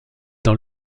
dans